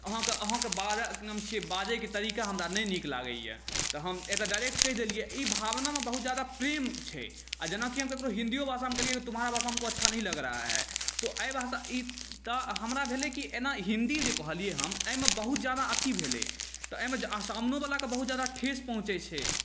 अहाँके की नाम छियै बाजयके तरीका हमरा नहि नीक लगैत अछि तऽ हम एतय डायरेक्ट कहि देलियै ई भावनामे बहुत ज्यादा प्रेम छै आ जेनाकि हम ककरहु हिन्दी भाषामे कहलियै तुम्हारा भाषा हमको अच्छा नही लग रहा है तऽ एहि भाषा तऽ हमरा भेलै कि एना हिन्दी जे कहलियै हम एहिमे बहुत ज्यादा अथी भेलै तऽ एहिमे सामनोवलाकेँ बहुत ज्यादा ठेस पहुँचैत छै